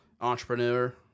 Entrepreneur